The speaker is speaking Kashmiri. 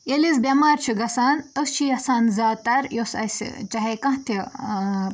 ییٚلہِ أسۍ بٮ۪مارِ چھِ گَژھان أسۍ چھِ یَژھان زیادٕ تَر یۄس اَسہِ چاہے کانٛہہ تہِ